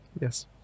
Yes